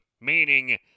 meaning